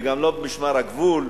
וגם לא במשמר הגבול,